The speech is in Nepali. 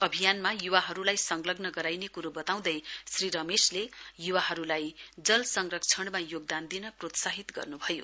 अभियानमा य्वाहरूलाई संलग्न गराइनेक्रो बताउँदै श्री रमेशले य्वाहरूलाई जल संरक्षणमा योगदान दिन प्रोत्साहित गर्न्भयो